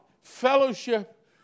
fellowship